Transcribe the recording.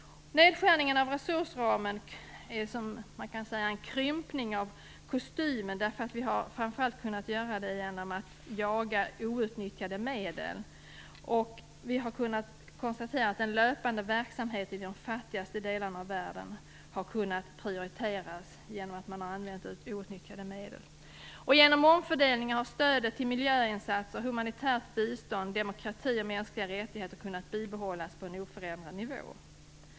Minskningen av resursramen är likt en krympning av kostymen, och den har kunnat genomföras framför allt genom att vi har jagat outnyttjade medel. Vi kan konstatera att den löpande verksamheten i de fattigaste delarna av världen på så vis har kunnat prioriteras. Genom omfördelningar har stödet till miljöinsatser, humanitärt bistånd, demokrati och mänskliga rättigheter kunnat bibehållas på en oförändrad nivå.